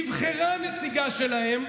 נבחרה נציגה שלהם,